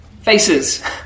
faces